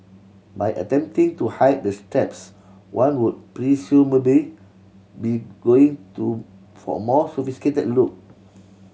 by attempting to hide the straps one would presumably be going to for a more sophisticated look